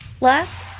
Last